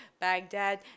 Baghdad